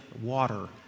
water